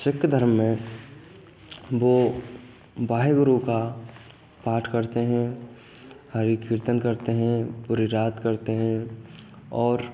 सिख धर्म में वे वाहेगुरु का पाठ करते हैं हरि कीर्तन करते हैं पूरी रात करते हैं और